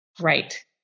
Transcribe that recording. Right